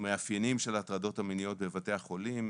את המאפיינים של ההטרדות המיניות בבתי החולים,